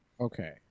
Okay